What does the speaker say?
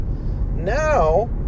Now